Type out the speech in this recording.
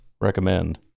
recommend